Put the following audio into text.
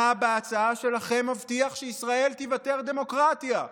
מה בהצעה שלכם מבטיח שישראל תיוותר דמוקרטיה?